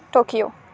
Tokyo